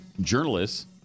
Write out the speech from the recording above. journalists